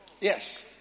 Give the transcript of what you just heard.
Yes